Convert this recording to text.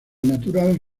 natural